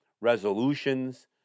resolutions